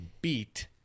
beat